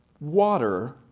Water